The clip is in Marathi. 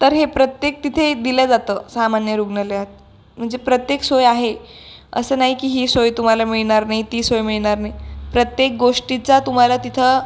तर हे प्रत्येक तिथं दिलं जातं सामान्य रुग्णालयात म्हणजे प्रत्येक सोय आहे असं नाही की ही सोय तुम्हाला मिळणार नाही ती सोय मिळणार नाही प्रत्येक गोष्टीचा तुम्हाला तिथं